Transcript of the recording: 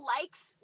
likes